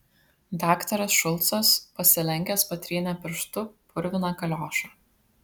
daktaras šulcas pasilenkęs patrynė pirštu purviną kaliošą